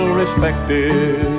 respected